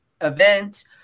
event